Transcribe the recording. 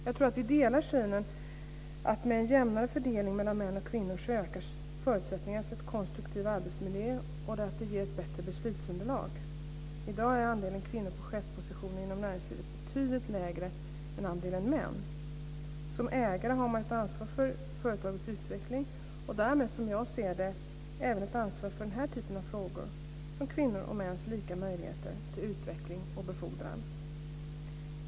Jag tror att vi delar synen att med en jämnare fördelning mellan män och kvinnor ökar förutsättningarna för en konstruktiv arbetsmiljö och att det ger ett bättre beslutsunderlag. I dag är andelen kvinnor på chefspositioner inom näringslivet betydligt lägre än andelen män. Som ägare har man ju ett ansvar för företagets utveckling och därmed, som jag ser det, även ett ansvar för den typen av frågor som gäller kvinnors och mäns lika möjligheter till utveckling och befordran.